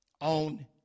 on